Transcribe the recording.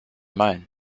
mine